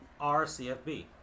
RCFB